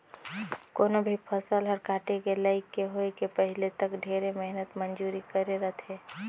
कोनो भी फसल हर काटे के लइक के होए के पहिले तक ढेरे मेहनत मंजूरी करे रथे